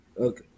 Okay